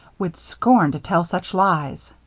would scorn to tell such lies.